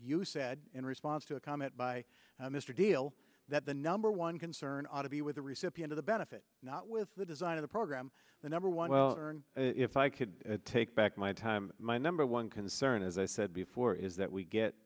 you said in response to a comment by mr deal that the number one concern ought to be with the recipient of the benefit not with the design of the program the number one well earned if i could take back my time my number one concern as i said before is that we get